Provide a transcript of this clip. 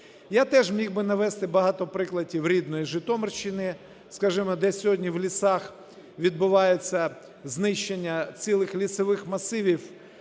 Я теж міг би навести багато прикладів рідної Житомирщини, скажімо, де сьогодні в лісах відбувається знищення цілих лісових масивів,